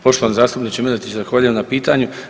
Poštovani zastupniče Miletić, zahvaljujem na pitanju.